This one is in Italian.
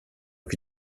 che